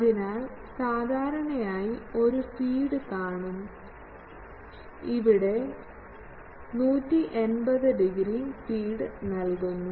അതിനാൽ സാധാരണയായി ഒരു ഫീഡ് കാണും ഇവിടെ 180 ഡിഗ്രി ഫീഡ് നൽകുന്നു